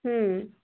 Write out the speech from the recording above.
হুম